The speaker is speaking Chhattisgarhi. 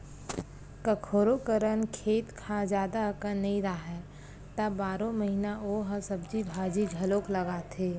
कखोरो करन खेत खार जादा अकन नइ राहय त बारो महिना ओ ह सब्जी भाजी घलोक लगाथे